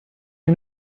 you